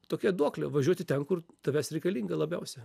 tokia duoklė važiuoti ten kur tavęs reikalinga labiausiai